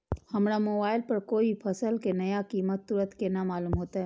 हमरा मोबाइल पर कोई भी फसल के नया कीमत तुरंत केना मालूम होते?